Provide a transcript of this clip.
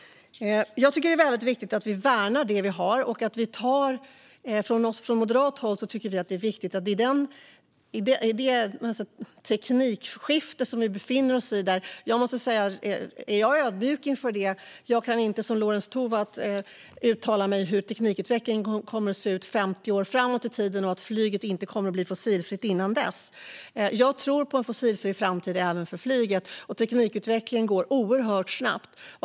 Det är väldigt viktigt att vi värnar det vi har. Jag är ödmjuk inför det teknikskifte som sker. Jag kan inte som Lorentz Tovatt säga hur teknikutvecklingen kommer att se ut 50 år framåt i tiden och att flyget inte kommer att bli fossilfritt innan dess. Jag tror på en fossilfri framtid även för flyget, och teknikutvecklingen går oerhört snabbt.